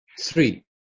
Three